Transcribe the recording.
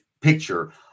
picture